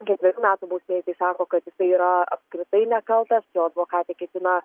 ketverių metų bausmė jisai sako kad jisai yra apskritai nekaltas jo advokatai ketina